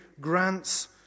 grants